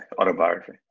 Autobiography